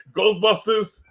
Ghostbusters